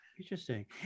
interesting